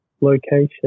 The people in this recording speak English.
location